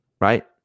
right